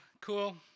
Cool